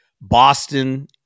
Boston